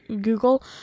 Google